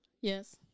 Yes